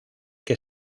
que